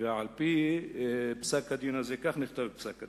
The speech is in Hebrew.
ועל-פי פסק-הדין הזה, כך נכתב בפסק- הדין: